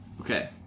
Okay